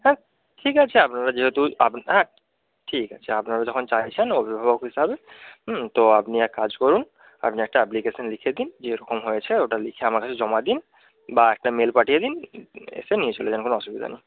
হ্যাঁ ঠিক আছে আপনারা যেহেতু আপনারা ঠিক আছে আপনারা যখন চাইছেন অভিভাবক হিসাবে হুম তো আপনি এক কাজ করুন আপনি একটা অ্যাপ্লিকেশন লিখে দিন যে এরকম হয়েছে ওটা লিখে আমার কাছে জমা দিন বা একটা মেল পাঠিয়ে দিন এসে নিয়ে চলে যান কোনও অসুবিদা নেই